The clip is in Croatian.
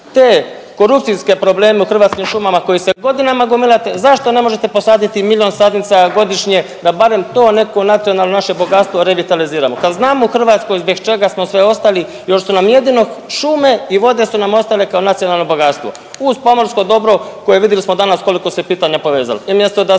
te korupcijske probleme u Hrvatskim šumama koji se godinama gomilaju, zašto ne možete posaditi milion sadnica godišnje da barem to neko naše nacionalno bogatstvo revitaliziramo kad znamo u Hrvatskoj bez čega smo sve ostali još su nam jedino šume i vode su nam ostale kao nacionalno bogatstvo uz pomorsko dobro koje vidili smo danas koliko ste pitanja povezali.